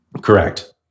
Correct